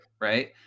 Right